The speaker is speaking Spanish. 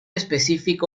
específico